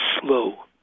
slow